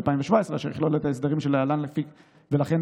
שטח הפעולה של המטה המקצועי-אזרחי של המערך למניעת אלימות